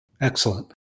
Excellent